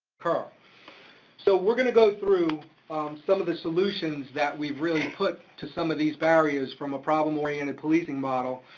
but so we're gonna go through some of the solutions that we really put to some of these barriers from a problem-oriented policing model,